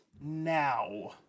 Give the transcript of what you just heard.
now